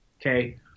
okay